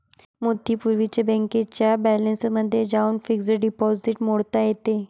मुदतीपूर्वीच बँकेच्या बॅलन्समध्ये जाऊन फिक्स्ड डिपॉझिट मोडता येते